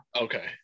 Okay